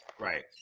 Right